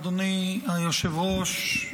אדוני היושב-ראש,